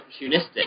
opportunistic